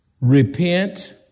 repent